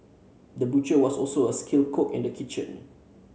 the butcher was also a skilled cook in the kitchen